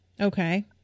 okay